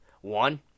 one